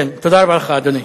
תודה רבה לך, אדוני.